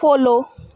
follow